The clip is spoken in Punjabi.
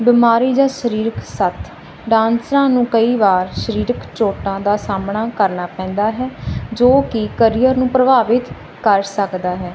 ਬਿਮਾਰੀ ਜਾਂ ਸਰੀਰਕ ਸੱਥ ਡਾਂਸਰਾਂ ਨੂੰ ਕਈ ਵਾਰ ਸਰੀਰਕ ਚੋਟਾਂ ਦਾ ਸਾਹਮਣਾ ਕਰਨਾ ਪੈਂਦਾ ਹੈ ਜੋ ਕਿ ਕਰੀਅਰ ਨੂੰ ਪ੍ਰਭਾਵਿਤ ਕਰ ਸਕਦਾ ਹੈ